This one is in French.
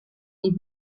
les